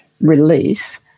release